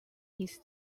his